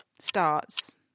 starts